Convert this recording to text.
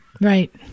Right